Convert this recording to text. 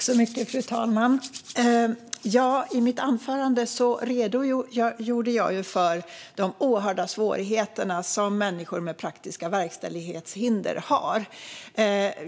Fru talman! I mitt anförande redogjorde jag för de oerhörda svårigheter som människor med praktiska verkställighetshinder har.